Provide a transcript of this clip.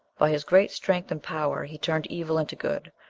by his great strength and power he turned evil into good,